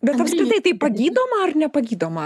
bet apskritai tai pagydoma ar nepagydoma